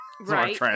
Right